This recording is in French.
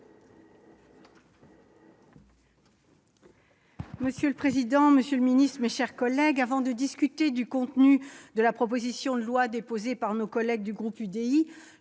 Monsieur le président, monsieur le secrétaire d'État, mes chers collègues, avant de discuter du contenu de la proposition de loi déposée par nos collègues du groupe Union